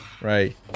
Right